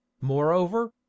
moreover